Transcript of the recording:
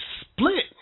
split